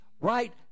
right